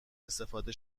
استفاده